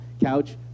couch